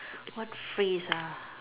what phrase ah